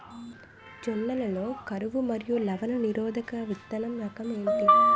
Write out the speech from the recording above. జొన్న లలో కరువు మరియు లవణ నిరోధక విత్తన రకం ఏంటి?